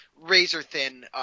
razor-thin